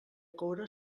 coure